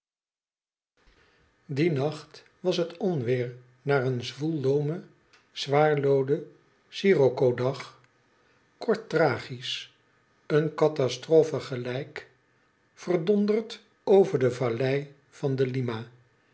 dien nacht was het onweer na een zwoel loomen zwaar looden scirocco dag kort tragiesch een katastrofe gelijk verdonderd over de vallei van de lima